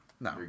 No